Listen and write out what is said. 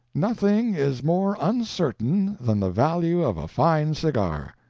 nothing is more uncertain than the value of a fine cigar.